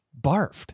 barfed